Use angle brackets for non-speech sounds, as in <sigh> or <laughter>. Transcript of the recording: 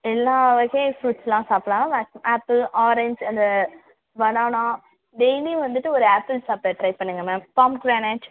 எல்லாம் <unintelligible> ஃபுரூட்ஸ்லாம் சாப்பிட்லாம் ma'am apple orange அந்த பனானா டெய்லி வந்துட்டு ஒரு ஆப்பிள் சாப்பிட ட்ரை பண்ணுங்கள் மேம் போம்கிரானைட்